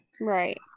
Right